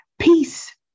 Peace